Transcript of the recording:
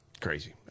Crazy